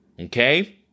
Okay